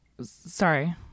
sorry